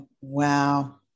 Wow